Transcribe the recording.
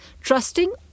trusting